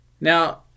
Now